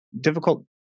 difficult